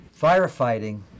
Firefighting